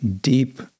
deep